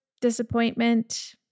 disappointment